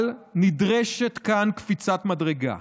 אבל נדרשת כאן קפיצת מדרגה,